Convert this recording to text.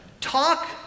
talk